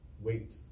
Wait